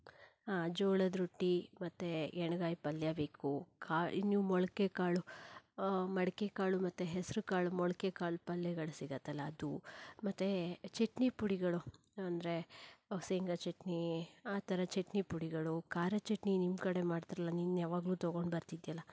ಹಾಂ ಜೋಳದ ರೊಟ್ಟಿ ಮತ್ತು ಎಣ್ಣೆಗಾಯಿ ಪಲ್ಯ ಬೇಕು ಕ ಈಗ ನೀವು ಮೊಳಕೆ ಕಾಳು ಮಡಕೆ ಕಾಳು ಮತ್ತು ಹೆಸರುಕಾಳು ಮೊಳಕೆಕಾಳು ಪಲ್ಯಗಳು ಸಿಗತ್ತಲ್ಲ ಅದು ಮತ್ತು ಚಟ್ನಿಪುಡಿಗಳು ಅಂದರೆ ಶೇಂಗಾ ಚಟ್ನಿ ಆ ಥರ ಚಟ್ನಿಪುಡಿಗಳು ಖಾರ ಚಟ್ನಿ ನಿಮ್ಮ ಕಡೆ ಮಾಡ್ತಾರಲ್ಲ ನೀನು ಯಾವಾಗಲೂ ತೊಗೊಂಡು ಬರ್ತಿದ್ಯಲ್ಲ